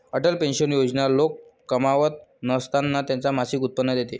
Atal pension योजना लोक कमावत नसताना त्यांना मासिक उत्पन्न देते